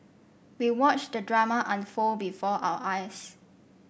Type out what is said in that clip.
we watched the drama unfold before our eyes